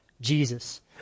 Jesus